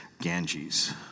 Ganges